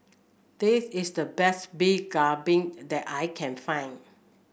this is the best Beef Galbi that I can find